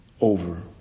over